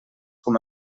com